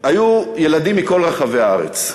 היו ילדים מכל רחבי הארץ,